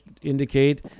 indicate